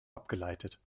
abgeleitet